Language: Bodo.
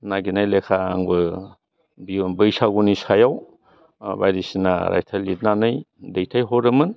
नायगिरनाय लेखा आंबो बियम बैसागुनि सायाव बायदिसिना रायथाइ लिरनानै दैथायहरोमोन